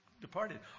departed